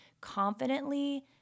confidently